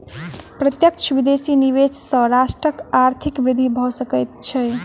प्रत्यक्ष विदेशी निवेश सॅ राष्ट्रक आर्थिक वृद्धि भ सकै छै